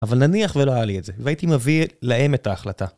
אבל נניח ולא היה לי את זה והייתי מביא להם את ההחלטה